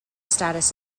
status